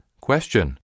Question